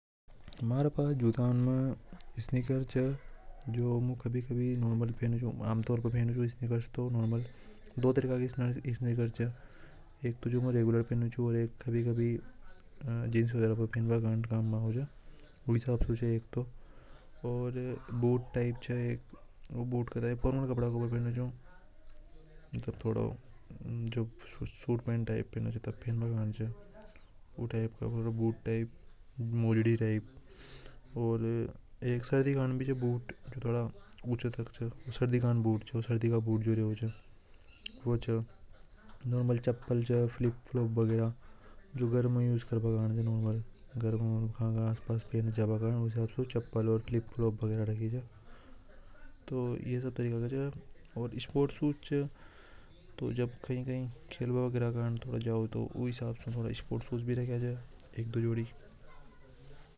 ﻿स्पीकर जो कभी-कभी नॉरमल पेनिस तो नॉर्मल दो तरीका की और एक कभी-कभी एक तो और भूत टाइप चाहिए रोबोट करेंऔर एक सर्दी खान सर्दी का फोटोक्योंकि थोड़ा।